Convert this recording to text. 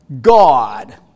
God